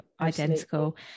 identical